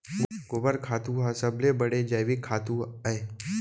गोबर खातू ह सबले बड़े जैविक खातू अय